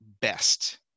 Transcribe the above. best